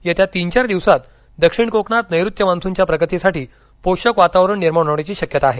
येत्या तीन चार दिवसात दक्षिण कोकणात नैऋत्य मान्सूनच्या प्रगतीसाठी पोषक वातावरण निर्माण होण्याची शक्यता आहे